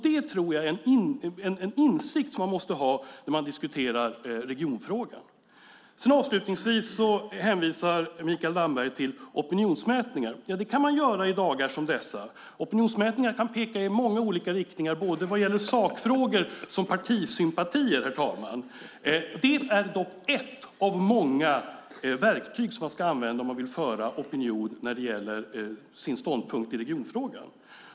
Det tror jag är en insikt som man måste ha när man diskuterar regionfrågan. Avslutningsvis hänvisar Mikael Damberg till opinionsmätningar. Det kan man göra i dagar som dessa. Opinionsmätningar kan peka i många olika riktningar vad gäller såväl sakfrågor som partisympatier, herr talman. Det är dock ett av många verktyg som man ska använda om man vill föra fram sin ståndpunkt i regionfrågan.